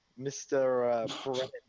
Mr